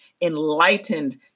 enlightened